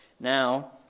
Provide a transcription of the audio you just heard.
Now